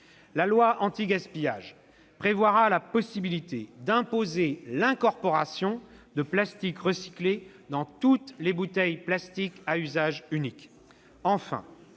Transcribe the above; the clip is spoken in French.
La loi anti-gaspillage prévoira la possibilité d'imposer l'incorporation de plastique recyclé dans toutes les bouteilles en plastique à usage unique.